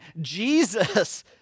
Jesus